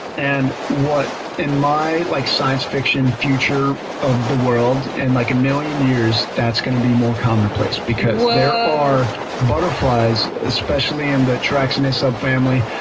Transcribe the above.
and in my like science-fiction future of the world and like a million years that's going to be more commonplace because there are butterflies, especially in the charaxinae subfamily,